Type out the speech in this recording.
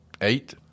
Eight